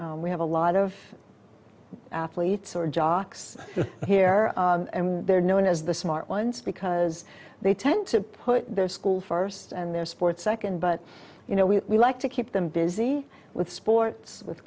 and we have a lot of athletes are jocks here and they're known as the smart ones because they tend to put their school first and their sports second but you know we like to keep them busy with sports w